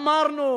אמרנו,